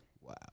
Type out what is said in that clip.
Wow